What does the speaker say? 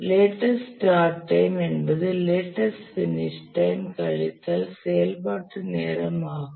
latest start time என்பது latest finish time கழித்தல் செயல்பாட்டு நேரம் ஆகும்